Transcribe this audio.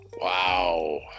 Wow